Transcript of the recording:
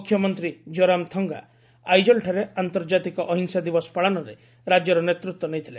ମୁଖ୍ୟମନ୍ତ୍ରୀ ଜୋରାମ୍ଥଙ୍ଗା ଆଇଜଲ୍ଠାରେ ଆନ୍ତର୍ଜାତିକ ଅହିଂସା ଦିବସ ପାଳନରେ ରାଜ୍ୟର ନେତୃତ୍ୱ ନେଇଥିଲେ